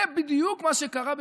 וזה בדיוק מה שקרה בפורים,